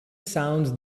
sounds